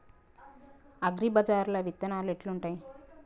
అగ్రిబజార్ల విత్తనాలు ఎట్లుంటయ్?